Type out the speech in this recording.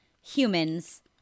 humans